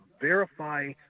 Verify